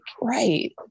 right